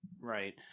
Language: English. Right